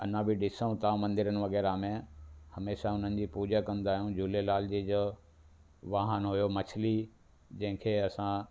अञा बि ॾिसूं था मंदरनि वग़ैरह में हमेशह उन्हनि जी पूॼा कंदा आहियूं झूलेलाल जी जो वाहन हुयो मछली जंहिंखे असां